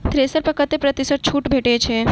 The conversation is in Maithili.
थ्रेसर पर कतै प्रतिशत छूट भेटय छै?